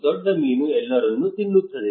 ದೊಡ್ಡ ಮೀನು ಎಲ್ಲರನ್ನೂ ತಿನ್ನುತ್ತದೆ